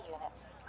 units